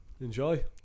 enjoy